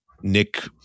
Nick